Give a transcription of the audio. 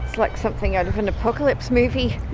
like something out of an apocalypse movie.